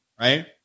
right